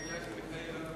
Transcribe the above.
20 בעד, אין מתנגדים,